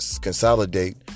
consolidate